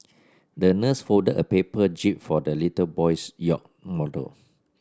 the nurse folded a paper jib for the little boy's yacht model